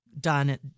done